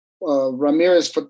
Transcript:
Ramirez